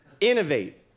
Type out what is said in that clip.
Innovate